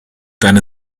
deine